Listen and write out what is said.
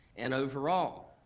and overall.